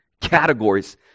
categories